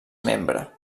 membre